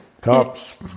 cops